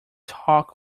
talk